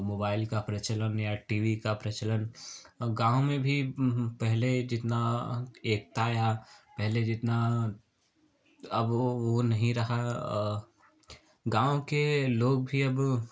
mobile का प्रचलन या टी वी का प्रचलन गाँव में भी पहले जितना एकता या पहले जितना अब वो वो नहीं रहा गाँव के लोग भी अब